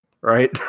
right